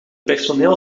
personeel